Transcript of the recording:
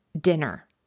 dinner